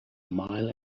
mile